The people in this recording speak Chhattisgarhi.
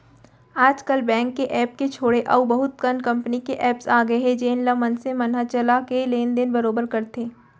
आज काल बेंक के ऐप के छोड़े अउ बहुत कन कंपनी के एप्स आ गए हे जेन ल मनसे मन ह चला के लेन देन बरोबर करथे